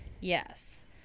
Yes